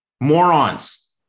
morons